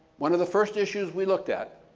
one of the first issues we looked at